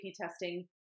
testing